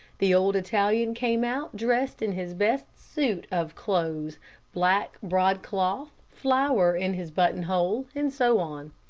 the old italian came out dressed in his best suit of clothes black broadcloth, flower in his buttonhole, and so on.